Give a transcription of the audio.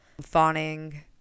fawning